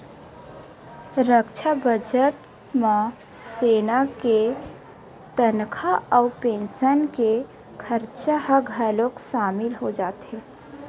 रक्छा बजट म सेना के तनखा अउ पेंसन के खरचा ह घलोक सामिल हो जाथे